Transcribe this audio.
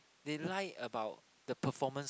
they lie about the performance